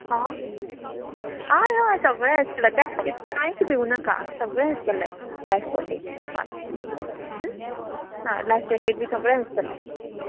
हां हय हय सगळें आसतलें त्या खातीर तूं कांयच भिवू नाका सगळें आसतलें लाय्फ फोर टी हय लाय्फ जॅकेट बी सगळें आसतलें